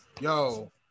yo